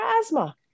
asthma